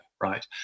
right